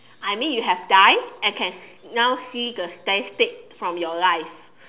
I mean you have died and can now see the statistic from your life